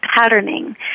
patterning